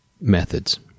methods